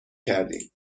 کردیم